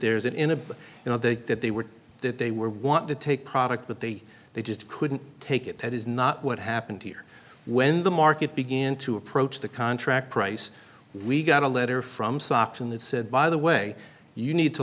but you know they did they were that they were want to take product that they they just couldn't take it that is not what happened here when the market began to approach the contract price we got a letter from stockton that said by the way you need to